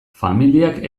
familiak